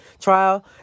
trial